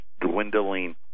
dwindling